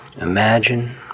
imagine